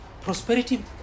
prosperity